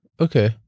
Okay